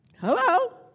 Hello